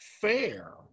fair